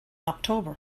october